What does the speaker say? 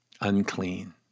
unclean